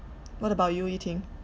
what about you yu ting